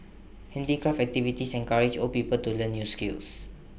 handicraft activities encourage old people to learn new skills